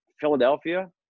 Philadelphia